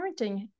parenting